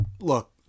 Look